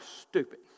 stupid